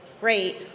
great